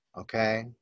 okay